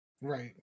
Right